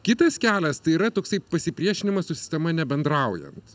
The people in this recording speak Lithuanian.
kitas kelias tai yra toksai pasipriešinimas su sistema nebendraujant